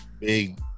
big